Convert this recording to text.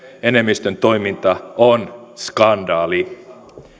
enemmistön toiminta on skandaali